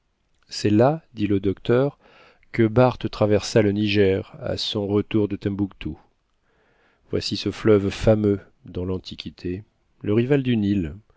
c'est là dit le docteur barth traversa le niger à son retour de tembouctou voici le fleuve fameux dans l'antiquité le rival du nil